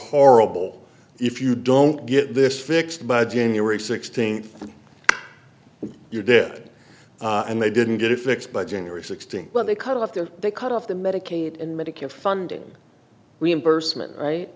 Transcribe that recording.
horrible if you don't get this fixed by january sixteenth you're dead and they didn't get it fixed by january sixteenth when they cut after they cut off the medicaid and medicare funding reimbursement right